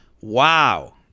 Wow